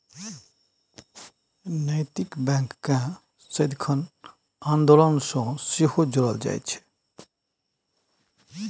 नैतिक बैंककेँ सदिखन आन्दोलन सँ सेहो जोड़ल जाइत छै